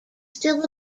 still